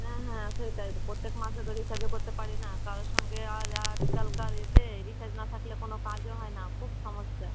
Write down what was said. হ্যাঁ হ্যাঁ সেইটাই তো প্রত্যেক মাসে তো রিচার্জও করতে পারি না কারোর সঙ্গে আর আজকালকার এতে রিচার্জ না থাকলে কোনো কাজও হয় না খুব সমস্যা